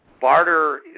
Barter